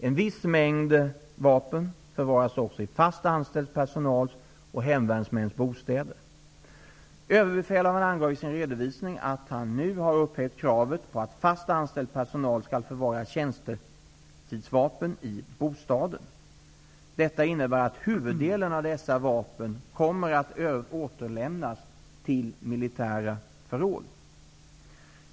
En viss mängd vapen förvaras också i fast anställd personals och hemvärnsmäns bostäder. Överbefälhavaren angav i sin redovisning att han nu har upphävt kravet på att fast anställd personal skall förvara tjänstetidsvapen i bostaden. Detta innebär att huvuddelen av dessa vapen kommer att återlämnas till militära förråd.